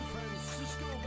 Francisco